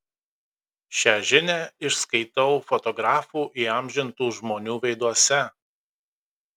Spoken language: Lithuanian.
šią žinią išskaitau fotografų įamžintų žmonių veiduose